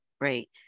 right